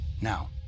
Now